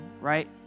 right